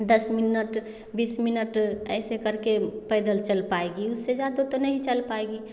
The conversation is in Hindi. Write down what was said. दस मिनट बीस मिनट ऐसे करकें पैदल चल पायेंगी उससे ज़्यादा तो नहीं चल पायेंगी